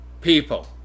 people